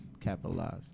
capitalize